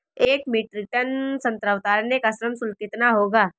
एक metric ton संतरा उतारने का श्रम शुल्क कितना होगा?